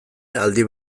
aldi